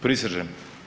Prisežem.